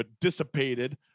dissipated